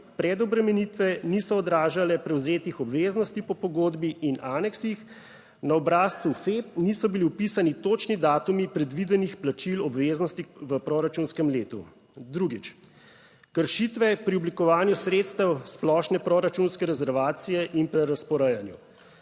preobremenitve niso odražale prevzetih obveznosti po pogodbi in aneksih, na obrazcu FE niso bili vpisani točni datumi predvidenih plačil obveznosti v proračunskem letu. Drugič, kršitve pri oblikovanju sredstev splošne proračunske rezervacije in prerazporejanju